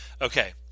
Okay